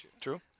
True